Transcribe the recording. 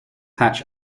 hatch